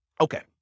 okay